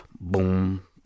boom